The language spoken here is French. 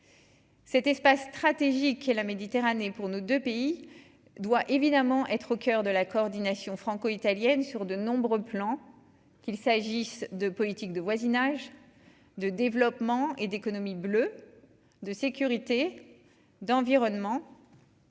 Cet espace stratégique et la Méditerranée pour nos 2 pays doit évidemment être au coeur de la coordination franco- italienne sur de nombreux plans qu'il s'agisse de politique de voisinage, de développement et d'économie bleue de sécurité, d'environnement,